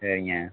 சரிங்க